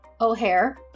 O'Hare